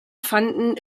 fanden